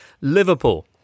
Liverpool